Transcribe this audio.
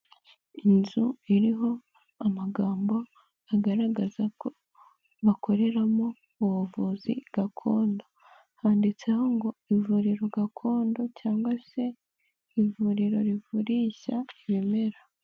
Inzu iriho amagambo agaragaza ko bakoreramo ubuvuzi gakondo, handitseho ngo ivuriro gakondo cyangwa se ivuriro rivurisha ibimera.